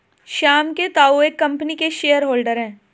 श्याम के ताऊ एक कम्पनी के शेयर होल्डर हैं